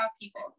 people